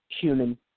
human